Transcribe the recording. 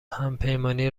همپیمانی